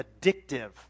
addictive